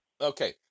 okay